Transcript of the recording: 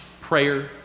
prayer